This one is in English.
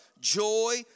joy